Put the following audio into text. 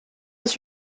its